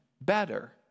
better